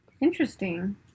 Interesting